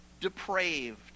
depraved